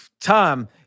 Tom